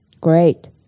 great